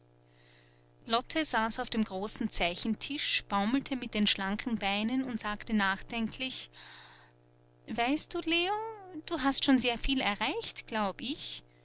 lotte saß auf dem großen zeichentisch baumelte mit den schlanken beinen und sagte nachdenklich weißt du leo du hast schon sehr viel erreicht glaube ich